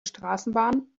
straßenbahn